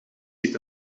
ziet